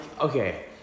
Okay